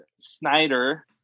snyder